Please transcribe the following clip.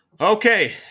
okay